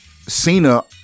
Cena